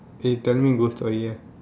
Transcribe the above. eh tell me ghost story leh